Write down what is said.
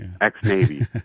ex-Navy